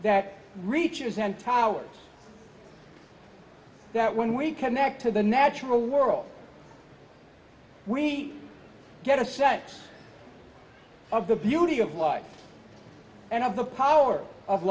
that reaches and towers that when we connect to the natural world we get a sense of the beauty of life and of the power of